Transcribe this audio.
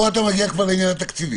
פה אתה מגיע לעניין התקציבי.